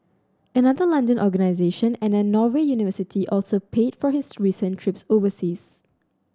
another London organisation and a Norway university also paid for his recent trips overseas